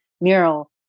mural